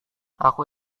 aku